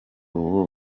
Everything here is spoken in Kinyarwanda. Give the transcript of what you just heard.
ubu